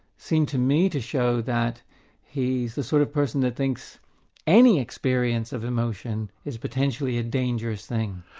seem to me to show that he's the sort of person that thinks any experience of emotion is potentially a dangerous thing.